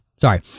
sorry